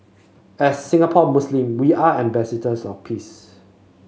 as Singaporean Muslim we are ambassadors of peace